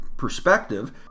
Perspective